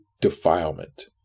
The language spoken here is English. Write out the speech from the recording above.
defilement